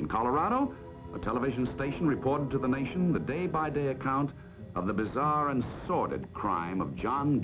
in colorado a television station reported to the nation the day by day account of the bizarre and sordid crime of john